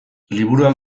liburuak